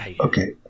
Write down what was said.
Okay